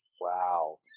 Wow